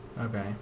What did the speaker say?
Okay